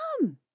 come